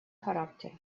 характер